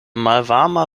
malvarma